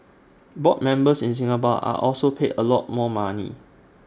board members in Singapore are also paid A lot more money